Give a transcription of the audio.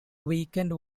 weakened